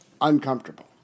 uncomfortable